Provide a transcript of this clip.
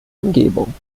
umgebung